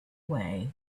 way